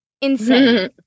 insane